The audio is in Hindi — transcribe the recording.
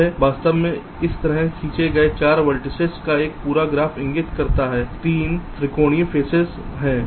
यह वास्तव में इस तरह खींचे गए 4 वेर्तिसेस का पूरा ग्राफ इंगित करता है 3 त्रिकोणीय फेसेस हैं